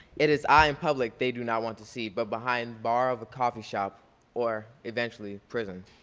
it is i in public they do not want to see but behind bar of a coffee shop or eventually prison.